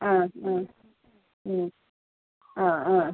ആ ആ ഉം ആ ആ